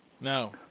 No